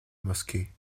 mosquée